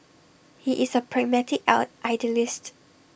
he is A pragmatic elder idealist